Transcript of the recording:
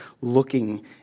looking